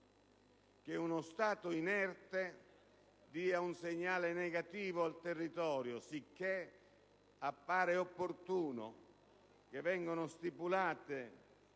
uno Stato inerte dia un segnale negativo al territorio. Appare pertanto opportuno che vengano stipulati